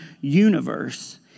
universe